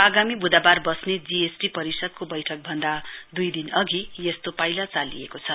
आगामी बुधवार बस्ने जी एस टी पत्षिदको बैठकभन्दा दुई दिन अधि यस्तो पाइला चालिएको छ